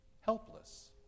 helpless